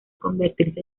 convertirse